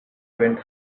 went